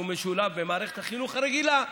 הוא משולב במערכת החינוך הרגילה.